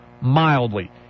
mildly